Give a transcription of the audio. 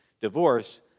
divorce